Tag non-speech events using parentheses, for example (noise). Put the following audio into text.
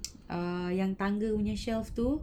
(noise) err yang tangga punya shelf tu